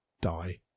die